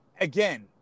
Again